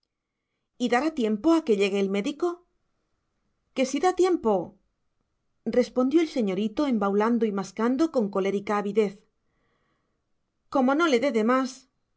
y dará tiempo a que llegue el médico que si da tiempo respondió el señorito embaulando y mascando con colérica avidez como no lo dé de más